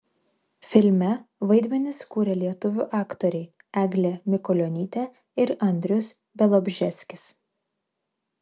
filme vaidmenis kūrė lietuvių aktoriai eglė mikulionytė ir andrius bialobžeskis